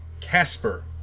Casper